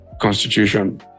Constitution